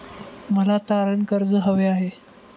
मला तारण कर्ज हवे आहे